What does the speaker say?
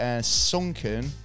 sunken